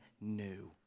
new